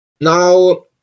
Now